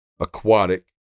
Aquatic